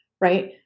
right